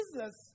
Jesus